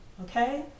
okay